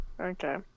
Okay